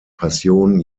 passion